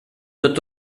tot